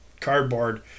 cardboard